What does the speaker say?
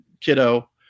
kiddo